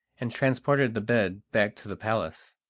and transported the bed back to the palace.